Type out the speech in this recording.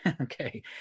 Okay